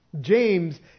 James